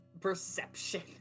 Perception